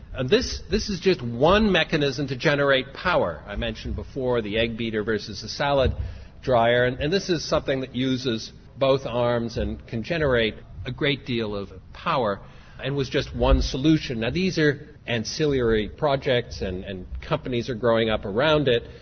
this this is just one mechanism to generate power. i mentioned before the egg beater versus the salad drier and and this is something that uses both arms and can generate a great deal of power and was just one solution. now these are ancillary projects and and companies are growing up around it,